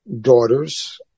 daughters